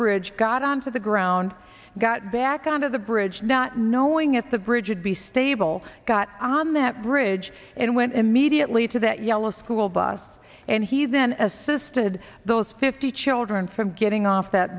bridge got on to the ground got back on to the bridge not knowing at the bridge would be stable got on that bridge and went immediately to that yellow school bus and he then as sr had those fifty children from getting off that